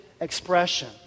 expression